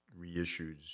reissues